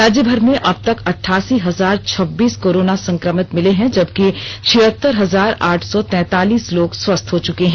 राज्यभर में अबतक अठठासी हजार छब्बीस कोरोना संक्रमित मिले हैं जबकि छिहतर हजार आठ सौ तैंतालीस लोग स्वस्थ हो चुके हैं